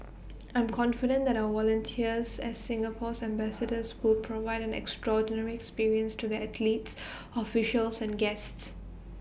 I'm confident that our volunteers as Singapore's ambassadors will provide an extraordinary experience to the athletes officials and guests